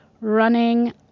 running